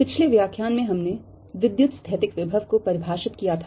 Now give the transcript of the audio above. पिछले व्याख्यान में हमने विद्युतस्थैतिक विभव को परिभाषित किया था